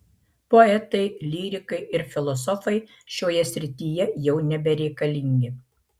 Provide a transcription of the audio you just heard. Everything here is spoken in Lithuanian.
poetai lyrikai ir filosofai šioje srityje jau nebereikalingi